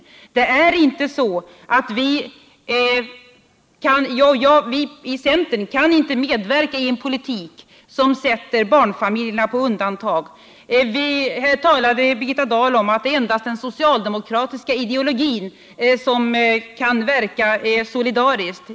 Vi i centern kan inte medverka i en politik som sätter barnfamiljerna på undantag. Här talade Birgitta Dahl om att endast den socialdemokratiska ideologin kan verka solidariskt.